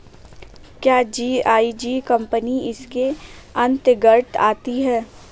क्या GIC company इसके अन्तर्गत आती है?